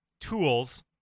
tools